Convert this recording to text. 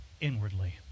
inwardly